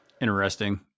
Interesting